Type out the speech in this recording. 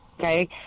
Okay